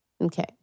Okay